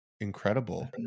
incredible